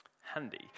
Handy